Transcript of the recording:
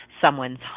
someone's